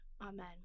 amen